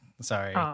Sorry